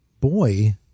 boy